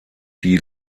die